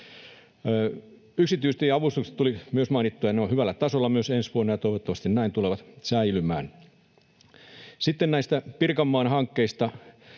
Yksityistieavustukset tuli myös mainittua, ja ne ovat hyvällä tasolla myös ensi vuonna, ja toivottavasti näin tulevat säilymään. Sitten näistä Pirkanmaan hankkeista: